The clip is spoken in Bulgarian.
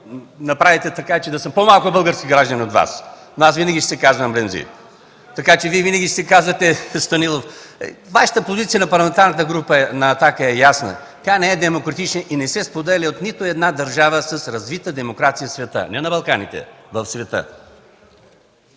направите така, че да съм по-малко български гражданин от Вас. Аз винаги ще се казвам Ремзи, така че Вие винаги ще се казвате Станилов. Позицията на Вашата парламентарна група, на „Атака”, е ясна, тя не е демократична и не се споделя от нито една държава с развита демокрация в света, не на Балканите, а в света!